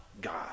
God